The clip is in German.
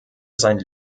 sein